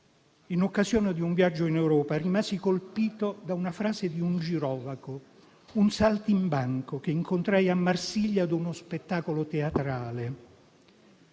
in occasione di un viaggio in Europa, rimasi colpito da una frase di un girovago, un saltimbanco che incontrai a Marsiglia ad uno spettacolo teatrale: